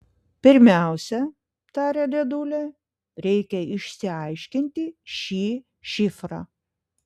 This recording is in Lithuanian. pirmiausia tarė dėdulė reikia išsiaiškinti šį šifrą